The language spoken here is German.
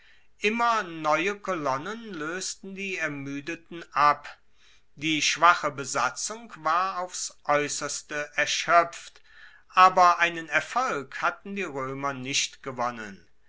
immer neue kolonnen loesten die ermuedeten ab die schwache besatzung war aufs aeusserste erschoepft aber einen erfolg hatten die roemer nicht gewonnen